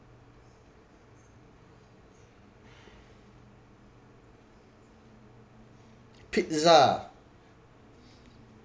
pizza